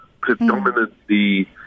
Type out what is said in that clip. predominantly